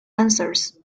answers